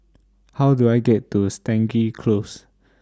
How Do I get to Stangee Close